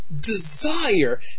desire